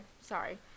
Sorry